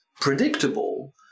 predictable